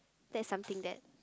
that's something that